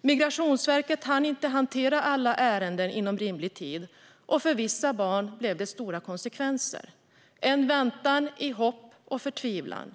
Migrationsverket hann inte hantera alla ärenden inom rimlig tid, och för vissa barn blev det stora konsekvenser. Det blev en väntan i hopp och förtvivlan.